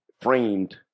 framed